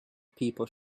people